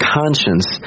conscience